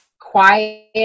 quiet